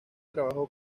trabajó